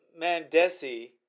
Mandesi